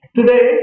Today